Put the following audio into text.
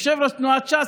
יושב-ראש תנועת ש"ס,